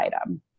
item